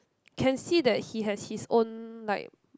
can see that he has his own like